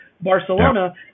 Barcelona